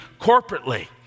corporately